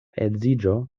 edziĝo